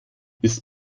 ist